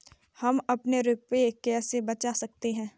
हम अपने रुपये कैसे बचा सकते हैं?